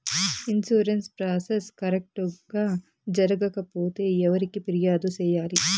insurance process correct గా జరగకపోతే ఎవరికి ఫిర్యాదు సేయాలి